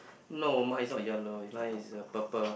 no mine is not yellow mine is a purple